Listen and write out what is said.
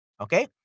okay